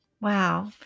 wow